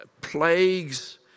plagues